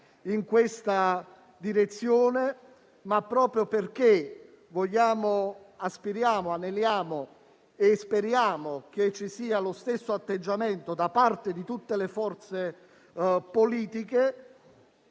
in questa direzione. Ma, proprio perché aspiriamo, aneliamo e speriamo che ci sia lo stesso atteggiamento da parte di tutte le forze politiche,